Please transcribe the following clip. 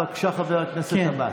בבקשה, חבר הכנסת עבאס.